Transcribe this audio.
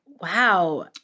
Wow